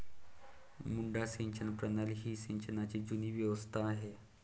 मुड्डा सिंचन प्रणाली ही सिंचनाची जुनी व्यवस्था आहे